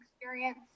experience